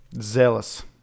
zealous